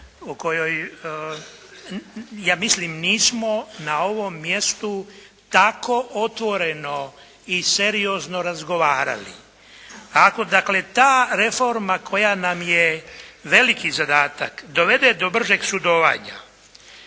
o kojoj ja mislim nismo na ovom mjestu tako otvoreno i seriozno razgovarali, ako dakle ta reforma koja nam je veliki zadatak dovede do bržeg sudovanja,